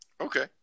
Okay